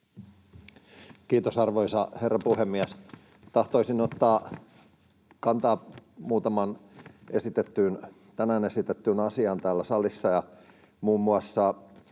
Kiitos, arvoisa herra puhemies! Tahtoisin ottaa kantaa muutamaan tänään täällä salissa